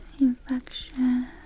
infection